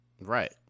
Right